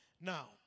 Now